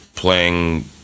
Playing